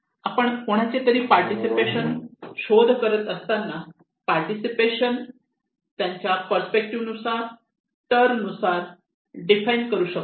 आपण कोणाचेतरी पार्टिसिपेशन शोध करत असताना पार्टिसिपेशन त्यांच्या परस्पेक्टिव नुसार टर्म नुसार डिफाइन करू शकतो